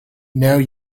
now